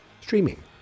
streaming